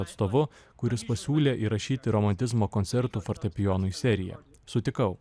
atstovu kuris pasiūlė įrašyti romantizmo koncertų fortepijonui seriją sutikau